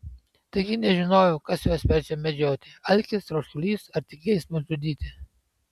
taigi nežinojau kas juos verčia medžioti alkis troškulys ar tik geismas žudyti